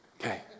Okay